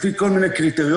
לפי כל מיני קריטריונים,